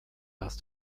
hast